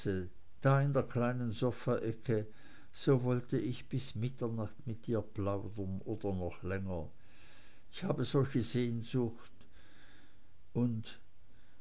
in der kleinen sofaecke so wollte ich bis mitternacht mit ihr plaudern oder noch länger ich habe solche sehnsucht und